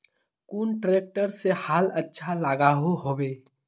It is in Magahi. कुन ट्रैक्टर से हाल अच्छा लागोहो होबे?